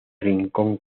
rincón